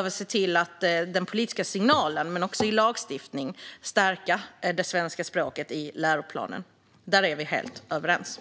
Vi måste se till att både genom politiska signaler och lagstiftning stärka det svenska språkets ställning i läroplanen. Här är vi helt överens.